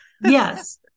Yes